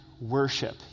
worship